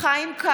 (קוראת בשמות חברי הכנסת) חיים כץ,